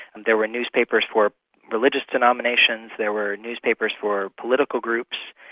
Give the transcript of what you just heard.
and there were newspapers for religious denominations, there were newspapers for political groups.